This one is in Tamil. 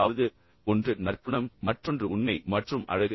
அதாவது ஒன்று நற்குணம் மற்றொன்று உண்மை மற்றும் அழகு